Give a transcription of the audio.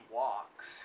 walks